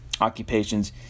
occupations